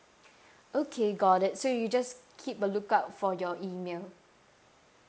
okay got it so you'll just keep a lookout for your email